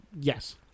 yes